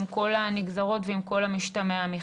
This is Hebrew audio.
עם כל הנגזרות ועל כל המשתמע מכך.